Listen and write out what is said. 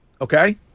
Okay